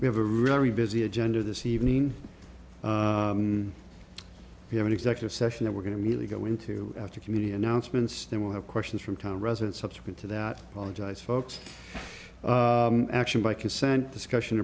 we have a really busy agenda this evening we have an executive session that we're going to really go into after community announcements they will have questions from town residents subsequent to that college eyes folks action by consent discussion